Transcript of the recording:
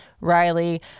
Riley